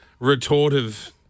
retortive